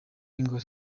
ingore